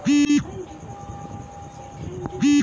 ক্যালসিয়ামের ঘাটতি হলে ডিমের খোসা ব্যবহার করতে পারি কি?